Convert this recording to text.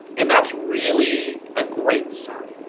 and that's really a great sign.